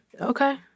Okay